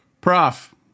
Prof